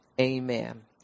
Amen